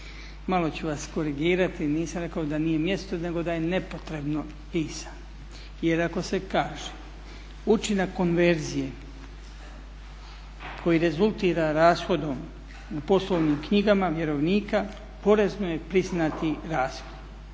Malo ću vas korigirati, nisam rekao da nije mjesto nego da je nepotrebno pisano jer ako se kaže učinak konverzije koji rezultira rashodom u poslovnim knjigama vjerovnika, porezno je priznati rashod.